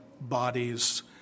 bodies